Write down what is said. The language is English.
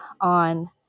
on